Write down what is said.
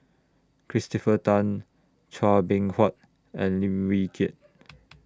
Christopher Tan Chua Beng Huat and Lim Wee Kiak